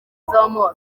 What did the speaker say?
z’amaso